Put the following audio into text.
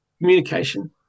communication